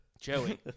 Joey